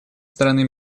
стороны